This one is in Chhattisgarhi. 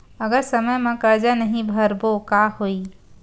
अगर समय मा कर्जा नहीं भरबों का होई?